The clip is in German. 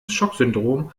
schocksyndrom